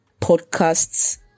Podcasts